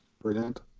Brilliant